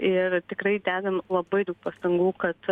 ir tikrai dedam labai daug pastangų kad